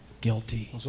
Guilty